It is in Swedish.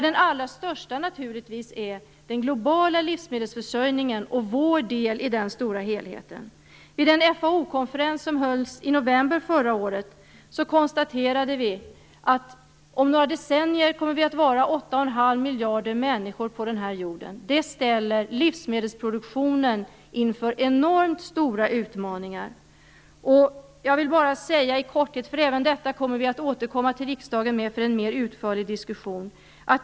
Den allra största är naturligtvis den globala livsmedelsförsörjningen och vår del i den stora helheten. Vid den FAO-konferens som hölls i november förra året konstaterade vi att om några decennier kommer vi att vara 8,5 miljarder människor på den här jorden. Det ställer livsmedelsproduktionen inför enormt stora utmaningar. Vi kommer att återkomma till riksdagen för en mer utförlig diskussion om detta.